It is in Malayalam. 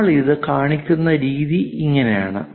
നമ്മൾ ഇത് കാണിക്കുന്ന രീതി ഇങ്ങനെയാണ്